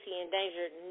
endangered